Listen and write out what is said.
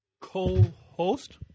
co-host